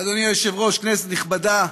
אדוני היושב-ראש, כנסת נכבדה,